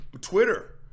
Twitter